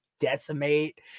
decimate